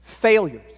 failures